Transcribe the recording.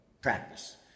practice